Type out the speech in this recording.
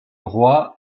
roi